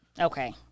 Okay